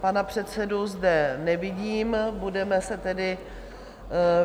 Pana předsedu zde nevidím, budeme se tedy